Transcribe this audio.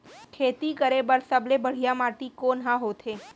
खेती करे बर सबले बढ़िया माटी कोन हा होथे?